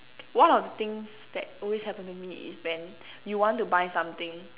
one of the things that always happen to me is when you want to buy something